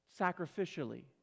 sacrificially